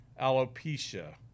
alopecia